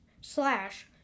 slash